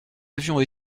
avions